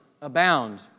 abound